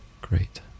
Great